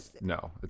No